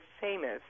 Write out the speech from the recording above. famous